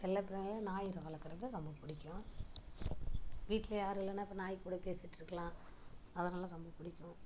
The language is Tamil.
செல்லப்பிராணியில நாய் வளர்க்குறது ரொம்ப பிடிக்கும் வீட்டில் யாரும் இல்லைனா இப்போ நாய் கூட பேசிட்டுருக்கலாம் அதனால் ரொம்ப பிடிக்கும்